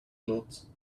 clothes